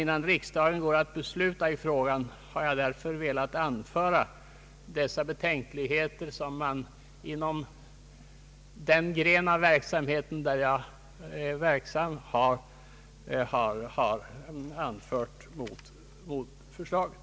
Innan riksdagen går att besluta i frågan har jag därför velat nämna de betänkligheter som man inom den gren av företagsamheten där jag är verksam har anfört mot förslaget.